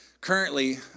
Currently